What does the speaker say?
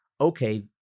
okay